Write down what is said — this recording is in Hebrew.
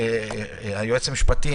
היועץ המשפטי,